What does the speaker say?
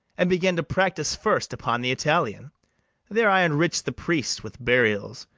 and began to practice first upon the italian there i enrich'd the priests with burials,